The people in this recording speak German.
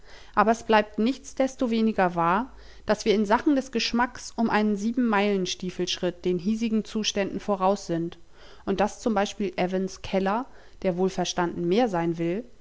aber es bleibt nichtsdestoweniger wahr daß wir in sachen des geschmacks um einen siebenmeilenstiefel schritt den hiesigen zuständen voraus sind und daß z b evans keller der wohlverstanden mehr sein will